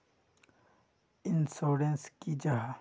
Insurance की जाहा?